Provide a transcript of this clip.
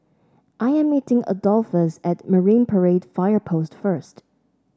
I am meeting Adolphus at Marine Parade Fire Post first